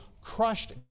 crushed